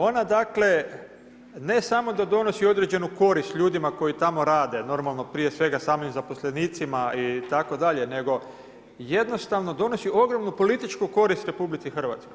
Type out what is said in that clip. Ona dakle,9 ne samo da donosi određenu korist ljudima koji tamo rade, normalno prije svega samim zaposlenicima itd., nego jednostavno donosi ogromnu političku korist RH.